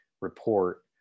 report